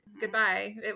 Goodbye